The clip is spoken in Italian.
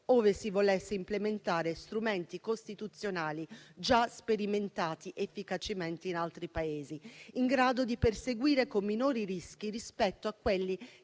ove si volessero implementare strumenti costituzionali già sperimentati efficacemente in altri Paesi, in grado di perseguire con minori rischi, rispetto a quelli